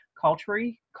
culturally